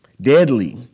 deadly